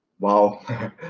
Wow